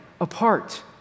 apart